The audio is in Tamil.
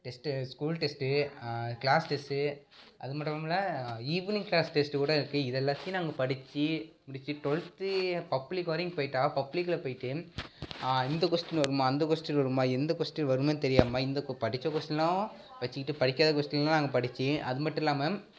test school test class test அது மட்டுமில்லை ஈவ்னிங் க்ளாஸ் டெஸ்ட்டு கூட இருக்குது இது எல்லாத்தையும் நாங்கள் படிச்சு முடிச்சு டுவல்த்து பப்ளிக் வரையும் போயிட்டால் பப்ளிகில் போயிட்டு இந்த கொஸ்டின் வருமா அந்த கொஸ்டின் வருமா எந்த கொஸ்டின் வரும்னே தெரியாமல் இந்த படித்த கொஸ்டின்லாம் வச்சுக்கிட்டு படிக்காத கொஸ்டின்லாம் நாங்கள் படிச்சு அது மட்டுல்லாமல்